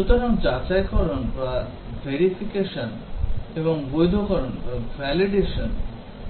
সুতরাং যাচাইকরণ এবং বৈধকরণের